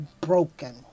broken